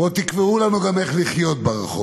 ועוד תקבעו לנו גם איך לחיות ברחוב.